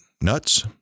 Nuts